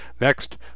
Next